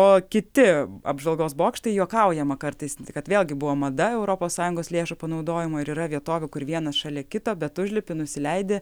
o kiti apžvalgos bokštai juokaujama kartais kad vėlgi buvo mada europos sąjungos lėšų panaudojimo ir yra vietovių kur vienas šalia kito bet užlipi nusileidi